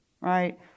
right